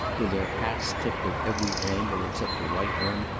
with their hats tipped at every angle except the right one,